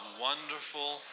Wonderful